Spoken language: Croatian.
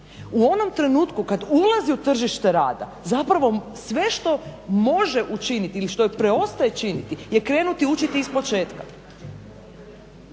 u onom trenutku kad ulazi u tržište rada zapravo sve što može učiniti ili što joj preostaje činiti je krenuti učiti od početka.